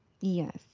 Yes